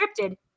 scripted